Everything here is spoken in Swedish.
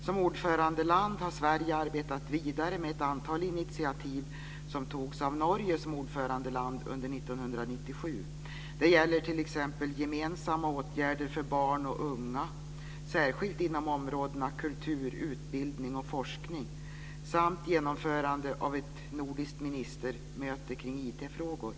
Som ordförandeland har Sverige arbetat vidare med ett antal initiativ som togs av Norge som ordförandeland under 1997. Det gäller t.ex. gemensamma åtgärder för barn och unga, särskilt inom områdena kultur, utbildning och forskning samt genomförande av ett nordiskt ministermöte kring IT-frågor.